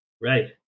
Right